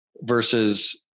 versus